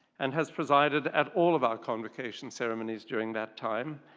and has presided at all of our convocation ceremonies during that time,